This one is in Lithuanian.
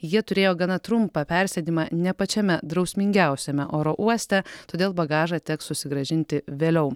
jie turėjo gana trumpą persėdimą ne pačiame drausmingiausiame oro uoste todėl bagažą teks susigrąžinti vėliau